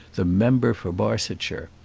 the member for barsetshire.